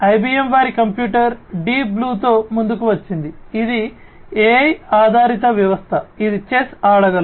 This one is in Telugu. ఐబిఎమ్ వారి కంప్యూటర్ డీప్ బ్లూతో ముందుకు వచ్చింది ఇది AI ఆధారిత వ్యవస్థ ఇది చెస్ ఆడగలదు